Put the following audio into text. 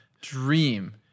dream